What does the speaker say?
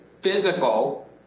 physical